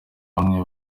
hamwe